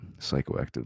psychoactive